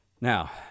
Now